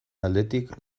aldetik